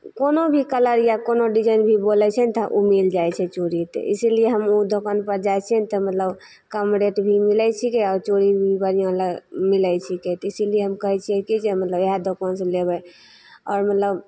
कोनो भी कलर या कोनो डिजाइन भी बोलै छिए ने तऽ ओ मिलि जाइ छै चूड़ी तऽ इसीलिए हम ओ दोकानपर जाइ छिए ने तऽ मतलब कम रेट भी मिलै छिकै आओर चूड़ी भी बढ़िआँ मिलै छिकै तऽ इसीलिए हम कहै छिए कि जे हम वएह दोकानसे लेबै आओर मतलब